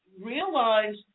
realize